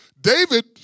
David